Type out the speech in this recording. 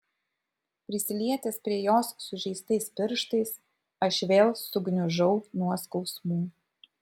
prisilietęs prie jos sužeistais pirštais aš vėl sugniužau nuo skausmų